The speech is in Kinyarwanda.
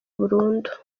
burundu